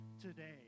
today